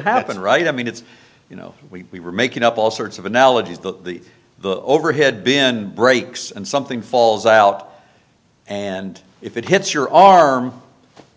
happened right i mean it's you know we were making up all sorts of analogies that the overhead bin breaks and something falls out and if it hits your arm